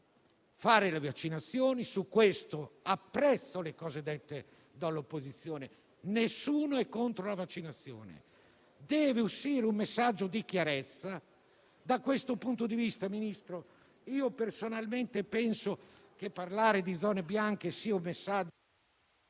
fare le vaccinazioni e a questo proposito apprezzo quanto detto dall'opposizione: nessuno è contro la vaccinazione. Deve uscire un messaggio di chiarezza. Da questo punto di vista, Ministro, personalmente penso che parlare di zone bianche sia un messaggio...